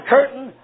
Curtain